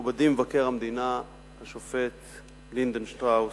מכובדי מבקר המדינה השופט לינדנשטראוס,